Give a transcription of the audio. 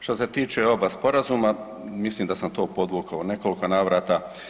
Što se tiče oba sporazuma mislim da sam to podvukao u nekoliko navrata.